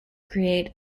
create